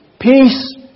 Peace